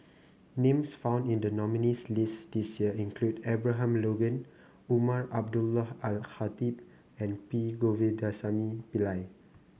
names found in the nominees' list this year include Abraham Logan Umar Abdullah Al Khatib and P Govindasamy Pillai